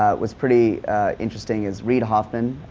ah was pretty interesting is reid hoffman,